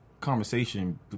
conversation